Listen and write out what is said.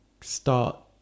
start